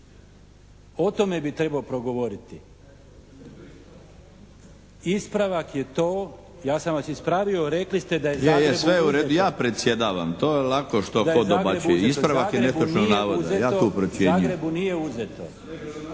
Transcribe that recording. O tome bi trebao progovoriti. Ispravak je to, ja sam vas ispravio, rekli ste da je… **Milinović, Darko